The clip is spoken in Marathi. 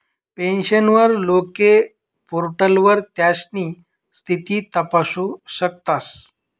पेन्शनर लोके पोर्टलवर त्यास्नी स्थिती तपासू शकतस